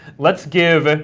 let's give ah